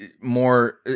More